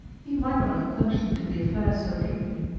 he might not have plunged into the affair so deeply.